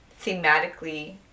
thematically